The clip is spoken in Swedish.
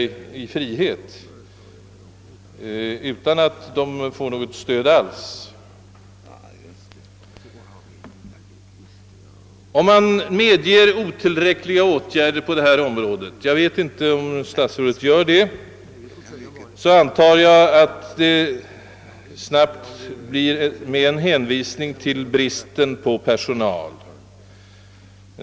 Om man medger att åtgärderna på detta område är otillräckliga — jag vet inte om statsrådet gör det — antar jag att medgivandet sker med en hänvisning till bristen på personal.